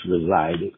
resided